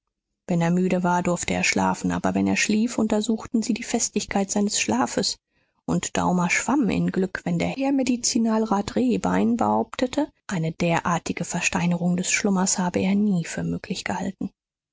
wenn er müde war durfte er schlafen aber wenn er schlief untersuchten sie die festigkeit seines schlafes und daumer schwamm in glück wenn der herr medizinalrat rehbein behauptete eine derartige versteinerung des schlummers habe er nie für möglich gehalten